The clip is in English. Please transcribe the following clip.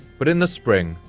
but in the spring,